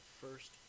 first